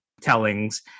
tellings